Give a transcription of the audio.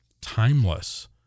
timeless